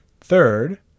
third